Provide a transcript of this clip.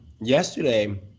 yesterday